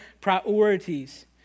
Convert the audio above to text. priorities